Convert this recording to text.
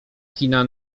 kina